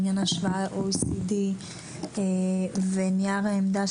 לעניין ההשוואה ל-OECD ועל נייר העמדה